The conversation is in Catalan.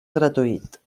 gratuït